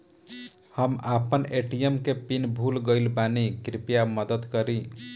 हम आपन ए.टी.एम के पीन भूल गइल बानी कृपया मदद करी